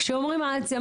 כשאומרים העצמה,